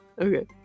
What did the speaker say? okay